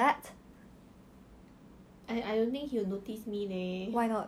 so I wear specs means I nerd ah